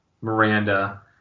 Miranda